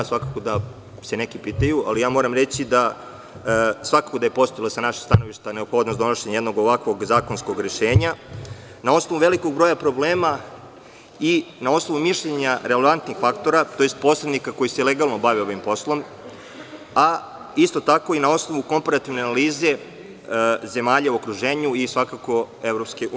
Svakako da se neki pitaju, ali moram reći da je postojalo, sa našeg stanovništva, donošenje jednog ovakvog zakonskog rešenja na osnovu velikog broja problema i na osnovu mišljenja relevantnih faktora, to jest posrednika koji se legalno bave ovim poslom, a isto tako i na osnovu komparativne analize zemalja u okruženju i svakako EU.